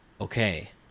okay